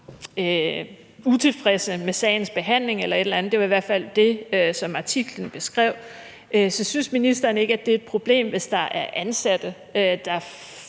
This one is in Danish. utilfredse med sagens behandling eller noget i den stil – det var i hvert fald det, som artiklen beskrev. Synes ministeren ikke, det er et problem, hvis der er ansatte, der